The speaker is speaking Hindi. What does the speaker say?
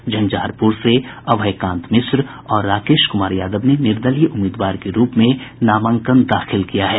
झंझारपुर से अभयकांत मिश्र और राकेश कुमार यादव ने निर्दलीय प्रत्याशी के रूप में नामांकन दाखिल किया है